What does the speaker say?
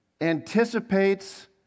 anticipates